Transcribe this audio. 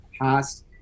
past